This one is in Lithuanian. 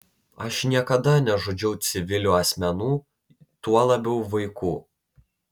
aš niekada nežudžiau civilių asmenų tuo labiau vaikų